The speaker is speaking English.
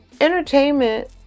entertainment